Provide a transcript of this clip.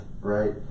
right